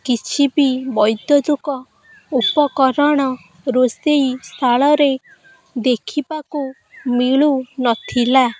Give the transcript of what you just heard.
କିଛି ବି ବୈଦୁତିକ ଉପକରଣ ରୋଷେଇ ଶାଳରେ ଦେଖିବାକୁ ମିଳୁନଥିଲା